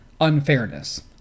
unfairness